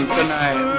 tonight